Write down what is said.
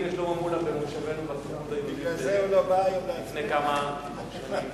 ושלמה מולה במושבנו בסוכנות היהודית לפני כמה שנים.